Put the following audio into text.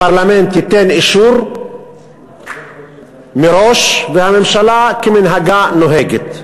הפרלמנט ייתן אישור מראש, והממשלה כמנהגה נוהגת.